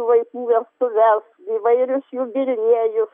vaikų vestuves įvairius jubiliejus